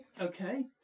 Okay